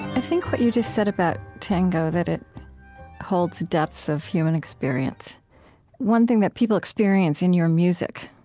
i think what you just said about tango, that it holds depths of human experience one thing that people experience in your music,